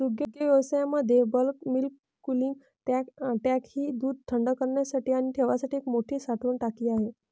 दुग्धव्यवसायामध्ये bulk milk cooling tank ही दूध थंड करण्यासाठी आणि ठेवण्यासाठी एक मोठी साठवण टाकी आहे